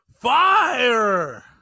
Fire